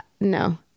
no